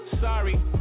Sorry